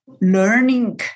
learning